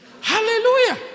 Hallelujah